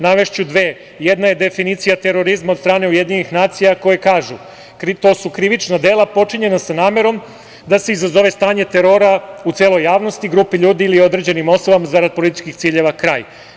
Navešću samo dve, jedna je definicija terorizma od stane UN, koja kaže – „To su krivična dela počinjena sa namerom da se izazove stanje terora u javnosti, grupe ljudi, ili određenim osobama zarad političkih ciljeva“, kraj.